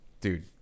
dude